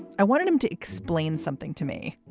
i wanted him to explain something to me.